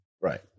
Right